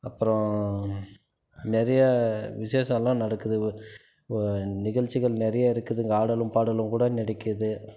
அப்பறம் நிறையா விசேஷலாம் நடக்குது நிகழ்ச்சிகள் நிறையா இருக்குது இங்கே ஆடலும் பாடலும் கூட நெடக்கிது